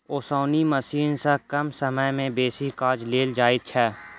ओसौनी मशीन सॅ कम समय मे बेसी काज लेल जाइत छै